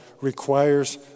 requires